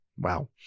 Wow